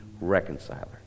Reconciler